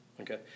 Okay